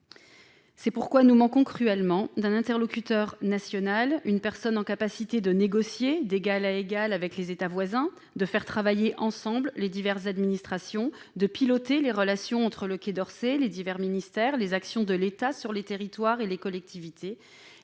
C'est pourquoi nous manquons cruellement d'un interlocuteur national, d'une personne en capacité de négocier d'égal à égal avec les États voisins, de faire travailler ensemble les diverses administrations, de piloter les relations entre le Quai d'Orsay, les divers ministères, les actions de l'État sur les territoires et les collectivités.